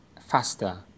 faster